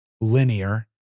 linear